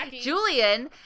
julian